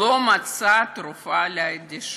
לא מצא תרופה לאדישות.